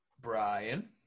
Brian